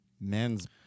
men's